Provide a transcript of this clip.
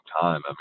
time